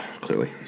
clearly